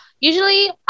usually